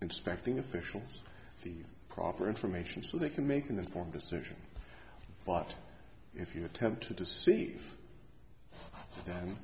inspecting officials the proper information so they can make an informed decision but if you attempt to deceive then